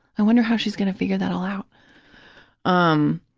i wonder how she's going to figure that all out? um